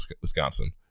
Wisconsin